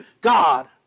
God